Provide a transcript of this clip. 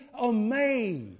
amazed